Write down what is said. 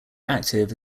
active